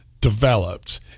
developed